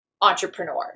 entrepreneurs